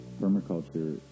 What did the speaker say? permaculture